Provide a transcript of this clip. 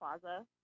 Plaza